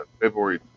February